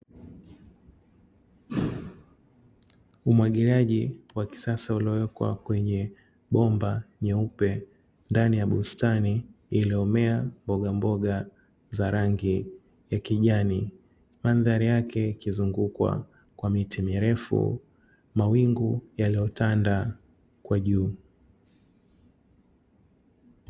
Umwagiliaji wa kisasa uliowekwa kwenye bomba nyeupe ndani ya bustani iliyomea mboga mboga za rangi ya kijani, mandhari yake ikizungukwa kwa miti mirefu, mawingu yaliyotanda kwa juu.